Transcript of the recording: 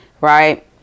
Right